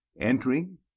Entering